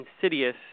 insidious